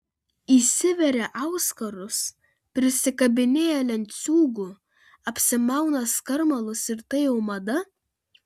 įsiveria auskarus prisikabinėja lenciūgų apsimauna skarmalus ir tai jau mada